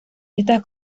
estas